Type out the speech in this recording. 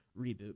reboot